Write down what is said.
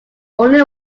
only